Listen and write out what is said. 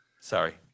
Sorry